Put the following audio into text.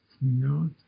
no